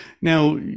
Now